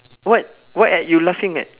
what what at you laughing at